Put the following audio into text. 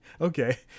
okay